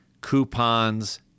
coupons